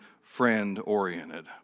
friend-oriented